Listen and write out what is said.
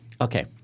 okay